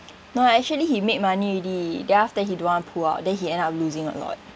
no actually he made money already then after he don't want to pull out then he end up losing a lot